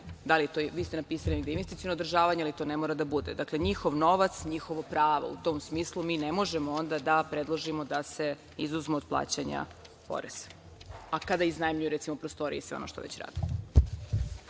žele. Vi ste napisali investiciono održavanje, ali to ne mora da bude. Dakle, njihov novac, njihovo pravo. U tom smislu mi ne možemo onda da predložimo da se izuzmu od plaćanja poreza kada iznajmljuju recimo prostorije ili šta već rade.